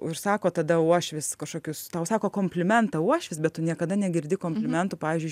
užsako tada uošvis kažkokius tau sako komplimentą uošvis bet tu niekada negirdi komplimentų pavyzdžiui